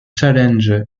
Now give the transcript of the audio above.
challenge